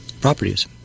properties